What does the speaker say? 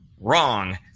wrong